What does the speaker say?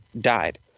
died